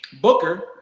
Booker